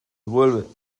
vuelve